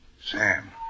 Sam